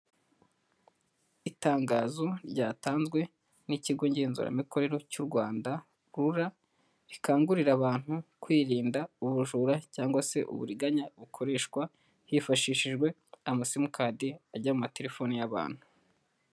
Itangazo ryatanzwe n'ikigo ngenzuramikorere cy'u Rwanda RURA, rikangurira abantu kwirinda ubu bujura cyangwa se uburiganya bukoreshwa hifashishijwe amasimukadi ajya mu matelefoni y'abantu.